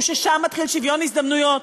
סעיף, ותנמק אותה חברת הכנסת איילת נחמיאס ורבין.